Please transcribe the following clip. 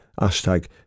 Hashtag